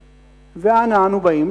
ואנה אנחנו באים.